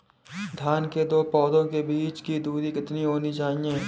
धान के दो पौधों के बीच की दूरी कितनी होनी चाहिए?